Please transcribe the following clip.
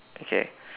okay